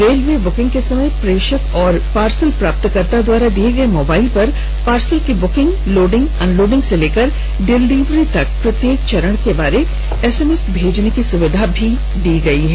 railway booking के समय प्रेषक और पार्सल प्राप्तकर्ता द्वारा दिए गए मोबाइल पर पार्सल की बुकिंग लोडिंग अनलोडिंग से लेकर डिलीवरी तक प्रत्येक चरण के बारे एसएमएस भेजने की सुविधा भी दी गई है